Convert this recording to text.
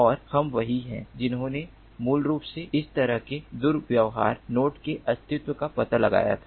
और हम वही हैं जिन्होंने मूल रूप से इस तरह के दुर्व्यवहार नोड के अस्तित्व का पता लगाया था